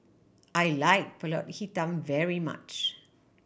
I like Pulut Hitam very much